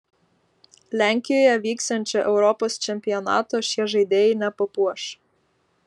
lenkijoje vyksiančio europos čempionato šie žaidėjai nepapuoš